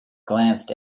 glanced